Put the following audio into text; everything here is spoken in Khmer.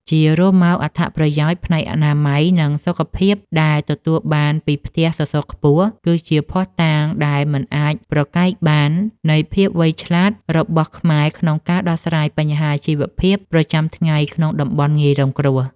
ជារួមមក អត្ថប្រយោជន៍ផ្នែកអនាម័យ និងសុខភាពដែលទទួលបានពីផ្ទះសសរខ្ពស់ គឺជាភស្តុតាងដែលមិនអាចប្រកែកបាននៃភាពវៃឆ្លាតរបស់ខ្មែរក្នុងការដោះស្រាយបញ្ហាជីវភាពប្រចាំថ្ងៃក្នុងតំបន់ងាយរងគ្រោះ។